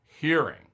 hearing